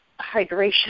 hydration